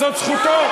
זאת זכותו.